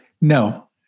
No